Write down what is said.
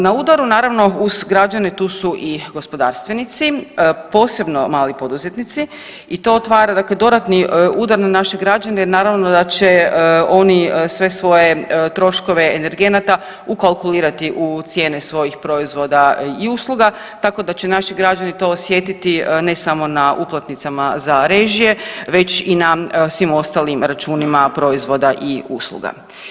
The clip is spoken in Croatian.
Na udaru naravno uz građane tu su i gospodarstvenici, posebno mali poduzetnici i to otvara dakle dodatni udar na naše građane jer naravno da će oni sve svoje troškove energenata ukalkulirati u cijene svojih proizvoda i usluga, tako da će naši građani to osjetiti ne samo na uplatnicama za režije već i na svim ostalim računima proizvoda i usluga.